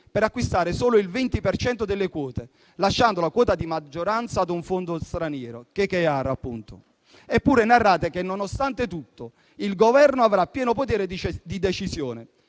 per acquistare solo il 20 per cento delle quote, lasciando la quota di maggioranza ad un fondo straniero (KKR, appunto). Eppure, narrate che nonostante tutto il Governo avrà pieno potere di decisione.